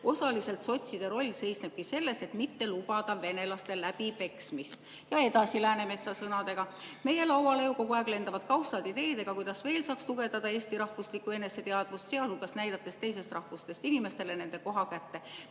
"Osaliselt sotside roll seisnebki selles, et mitte lubada venelaste läbipeksmist." Ja edasi Läänemetsa sõnadega, RusDelfi tsiteerib Läänemetsa sõnu: "Meie lauale ju kogu aeg lendavad kaustad ideedega, kuidas veel saaks tugevdada Eesti rahvuslikku eneseteadvust. Sealhulgas näidates teisest rahvusest inimestele nende koha kätte.